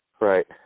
Right